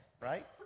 right